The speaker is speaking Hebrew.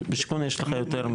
בשיכון יש לך יותר מ-20 אלף.